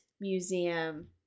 museum